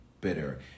bitter